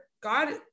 God